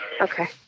Okay